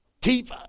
keep